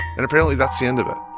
and apparently, that's the end of it.